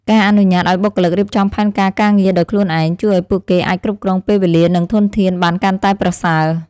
ការអនុញ្ញាតឱ្យបុគ្គលិករៀបចំផែនការការងារដោយខ្លួនឯង ជួយឱ្យពួកគេអាចគ្រប់គ្រងពេលវេលានិងធនធានបានកាន់តែប្រសើរ។